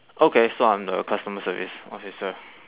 okay so I'm the customer service officer